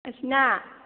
ꯑꯁꯤꯅꯥ